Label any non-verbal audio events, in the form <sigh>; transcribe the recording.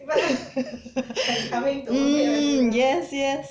<laughs> mm yes yes